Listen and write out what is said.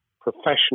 professional